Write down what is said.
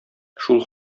шул